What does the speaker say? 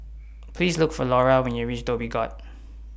Please Look For Lara when YOU REACH Dhoby Ghaut